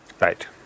Right